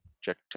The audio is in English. check